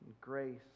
grace